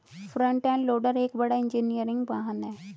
front end loader एक बड़ा engineering वाहन है